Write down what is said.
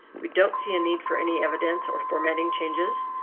we don't see a need for any evidence or formatting changes.